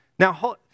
Now